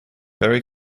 very